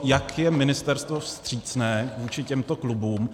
Jak je ministerstvo vstřícné vůči těmto klubům?